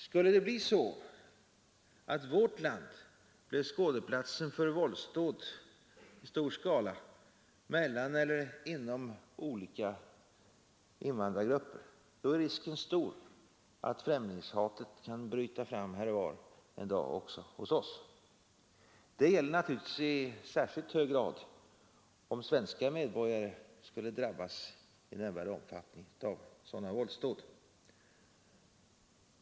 Skulle vårt land bli skådeplatsen för våldsdåd i stor skala mellan eller inom olika invandrargrupper, då är risken stor för att främlingshatet en dag kan bryta ut även hos oss. Det gäller naturligtvis i särskilt hög grad om svenska medborgare skulle drabbas av sådana våldsdåd.